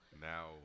Now